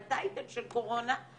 בטייטל של קורונה,